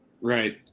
Right